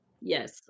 Yes